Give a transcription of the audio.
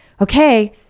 okay